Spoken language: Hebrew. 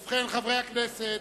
ובכן, חברי הכנסת,